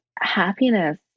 happiness